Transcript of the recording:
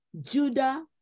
Judah